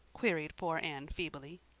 queried poor anne feebly.